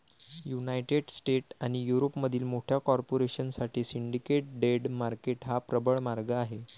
United States आणि युरोपमधील मोठ्या कॉर्पोरेशन साठी सिंडिकेट डेट मार्केट हा प्रबळ मार्ग आहे